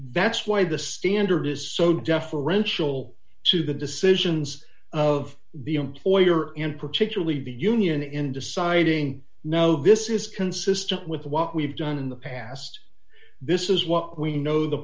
that's why the standard is so deferential to the decisions of the employer in particularly the union in deciding no this is consistent with what we've done in the past this is what we know the